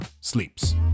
Sleeps